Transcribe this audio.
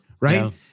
right